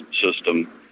system